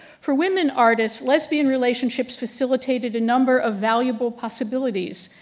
for women artists, lesbian relationships facilitated a number of valuable possibilities.